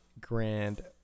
Grand